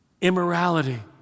Immorality